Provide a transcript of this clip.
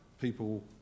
people